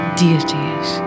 deities